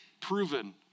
proven